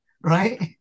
right